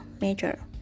major